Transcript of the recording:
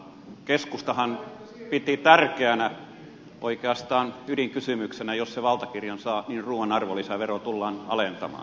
keskustahan piti tärkeänä oikeastaan ydinkysymyksenä jos se valtakirjan saa että ruoan arvonlisäveroa tullaan alentamaan